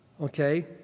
okay